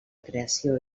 creació